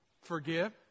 Forgive